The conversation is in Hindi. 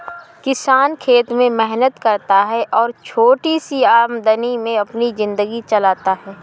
किसान खेत में मेहनत करता है और छोटी सी आमदनी में अपनी जिंदगी चलाता है